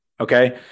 Okay